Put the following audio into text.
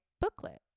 booklet